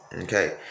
okay